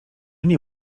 nie